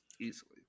easily